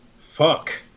Fuck